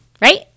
Right